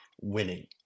winning